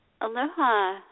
Aloha